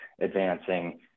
advancing